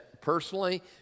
personally